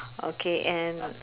okay and